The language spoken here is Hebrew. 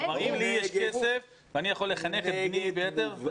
אם יש לי כסף ואני יכול לחנך את בני ביתר,